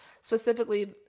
specifically